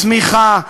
צמיחה,